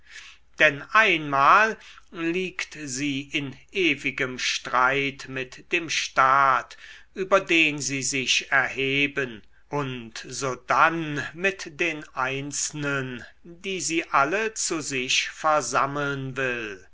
denn einmal liegt sie in ewigem streit mit dem staat über den sie sich erheben und sodann mit den einzelnen die sie alle zu sich versammeln will